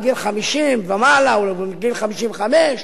לגיל 50 ומעלה או לגיל 55,